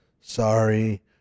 sorry